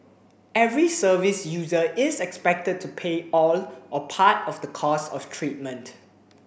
every service user is expected to pay all or part of the costs of treatment